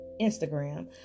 Instagram